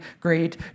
great